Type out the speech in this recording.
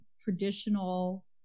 traditional